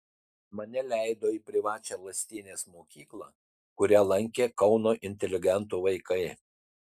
mane leido į privačią lastienės mokyklą kurią lankė kauno inteligentų vaikai